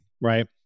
right